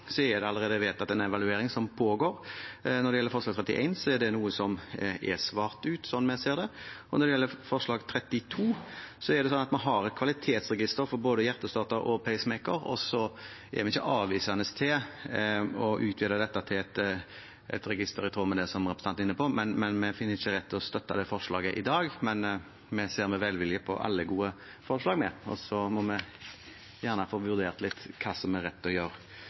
er det allerede vedtatt en evaluering som pågår. Når det gjelder forslag nr. 31, er det noe som er svart ut, slik vi ser det. Og når det gjelder forslag nr. 32, er det slik at vi har et kvalitetsregister for både hjertestarter og pacemaker, og vi er ikke avvisende til å utvide dette til et register i tråd med det som representanten er inne på, men vi finner det ikke riktig å støtte det forslaget i dag. Vi ser imidlertid med velvilje på alle gode forslag, og så må vi gjerne få vurdert hva som er rett å gjøre.